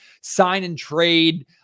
sign-and-trade